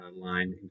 line